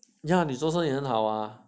ya 你做生意很好啊